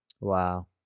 Wow